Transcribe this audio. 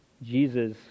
Jesus